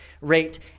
rate